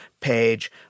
Page